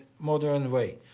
modern way.